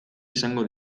izango